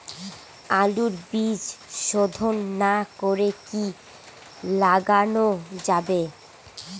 আলুর বীজ শোধন না করে কি লাগানো যাবে?